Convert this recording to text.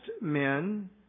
men